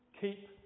Keep